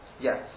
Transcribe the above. Yes